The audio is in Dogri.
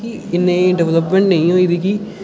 कि इन्नी डैवलमेंट नेईं होई दी कि